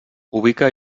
ubica